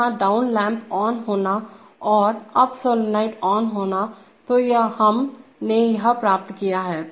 हम यहां down lamp on होना और अप सोलेनाइड ऑन होना तो हम ने यह प्राप्त किया है